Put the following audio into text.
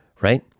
right